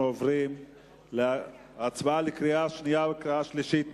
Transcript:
אנחנו עוברים להצבעה בקריאה שנייה ובקריאה שלישית.